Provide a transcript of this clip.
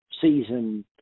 season